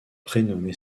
prénommé